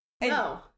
no